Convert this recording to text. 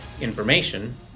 information